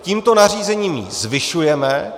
Tímto nařízením ji zvyšujeme.